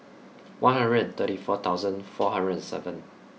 one hundred and thirty four thousand four hundred and seven